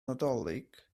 nadolig